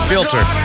Filter